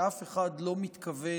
שאף אחד לא מתכוון